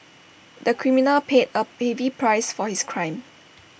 the criminal paid A heavy price for his crime